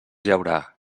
llaurar